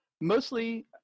mostly